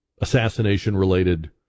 assassination-related